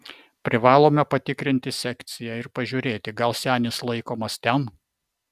privalome patikrinti sekciją ir pažiūrėti gal senis laikomas ten